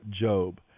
Job